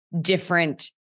different